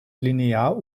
linear